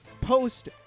post